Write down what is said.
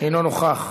אינו נוכח.